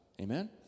Amen